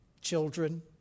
Children